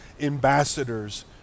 ambassadors